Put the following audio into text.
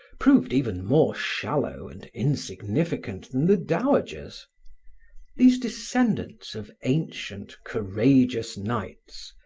proved even more shallow and insignificant than the dowagers these descendants of ancient, courageous knights,